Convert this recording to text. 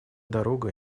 дорога